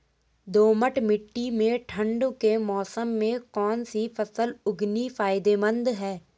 दोमट्ट मिट्टी में ठंड के मौसम में कौन सी फसल उगानी फायदेमंद है?